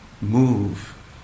move